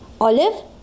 Olive